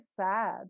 sad